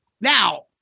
now